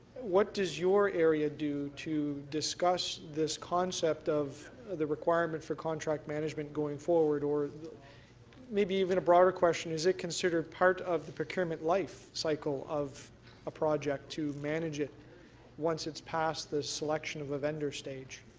what does your area do to discuss this concept of the requirement for contract management going forward, or maybe even a broader question is it considered part of the procurement life cycle of a project to manage it once it's past the selection of a vendor stage?